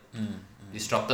mm mm